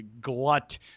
glut